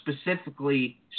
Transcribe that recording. specifically